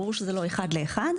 ברור שזה לא אחד לאחד,